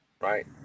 right